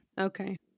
Okay